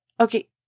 okay